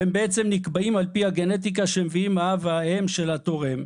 והם נקבעים לפי הגנטיקה שמביאים האב והאם של התורם.